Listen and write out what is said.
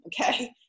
okay